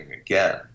again